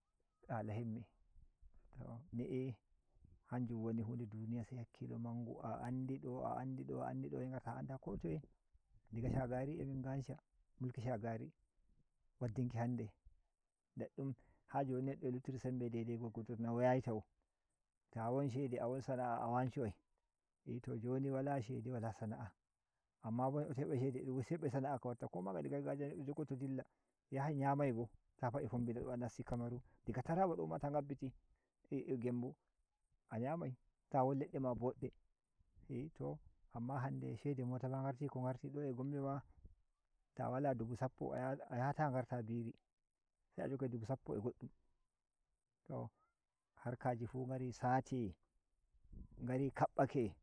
Hala Himmi to ni’i hanjum woni hu nde duniya se hakkilo mangu a andi do a and I do a and I do se ngarta a anda ko toye daga Shagari a min gansha mulki Shagari waddinki hande dan dum neddo a luttiri sembe dai- dai gorgodo nauyayi tawo ta won shede a won sana’a a wanshowai eto joni wala shede wala sana’a anna bon eddo to heɓai shede heɓai sana’a ka watta ko magani gargajiya neddo jogoto dilla yahi ‘yaai bo ta fa’i fombina do a nasti kamaru diga Taraba do ta maggiti gembu a ‘yamai ta won ledde ma bode a to amma lande shede mota ma ngarti ko nagarti Gombe ma ta wala dubu sappo a yata ngarta biri se a jogake dubu sappo a goddum to harkaji fu ngari sati ngari kabbake